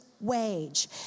wage